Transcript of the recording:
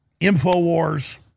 InfoWars